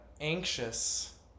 anxious